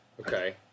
okay